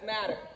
Matter